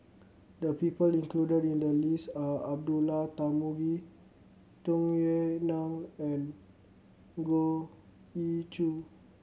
the people included in the list are Abdullah Tarmugi Tung Yue Nang and Goh Ee Choo